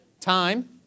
Time